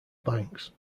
banks